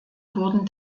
wurden